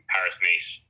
Paris-Nice